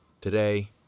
Today